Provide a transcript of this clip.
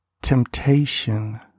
Temptation